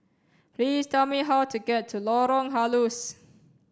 please tell me how to get to Lorong Halus